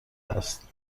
است